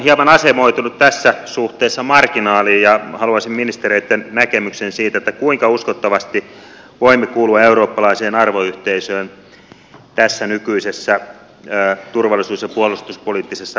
suomi on asemoitunut tässä suhteessa hieman marginaaliin ja haluaisin ministereitten näkemyksen siitä kuinka uskottavasti voimme kuulua eurooppalaiseen arvoyhteisöön tässä nykyisessä turvallisuus ja puolustuspoliittisessa roolissamme